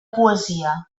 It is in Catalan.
poesia